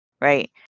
right